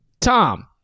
Tom